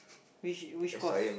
which which course